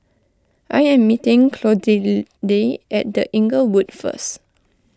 I am meeting Clotilde at the Inglewood first